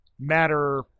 matter